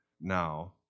Now